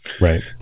Right